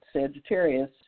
Sagittarius